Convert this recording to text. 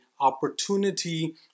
opportunity